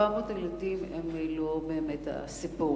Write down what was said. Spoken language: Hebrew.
400 הילדים הם הרי לא באמת הסיפור.